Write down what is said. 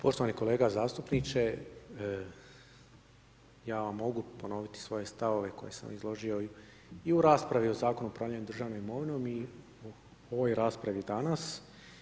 Poštovani kolega zastupniče, ja vam mogu ponoviti svoje stavove koje sam izložio i u raspravi o Zakonu o upravljanju državnom imovinom i o ovoj raspravi danas.